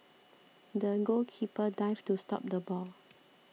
the goalkeeper dived to stop the ball